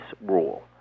rule